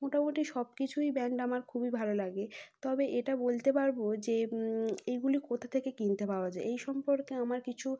মোটামুটি সব কিছুই ব্র্যান্ড আমার খুবই ভালো লাগে তবে এটা বলতে পারব যে এইগুলি কোথা থেকে কিনতে পাওয়া যায় এই সম্পর্কে আমার কিছু